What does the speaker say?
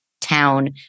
town